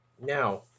Now